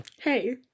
hey